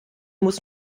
muss